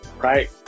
Right